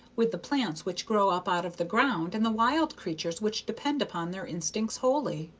with the plants which grow up out of the ground and the wild creatures which depend upon their instincts wholly.